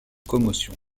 commotion